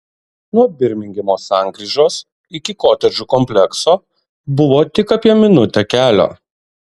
nuo birmingemo sankryžos iki kotedžų komplekso buvo tik apie minutę kelio